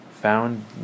found